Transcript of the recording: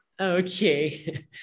okay